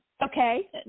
Okay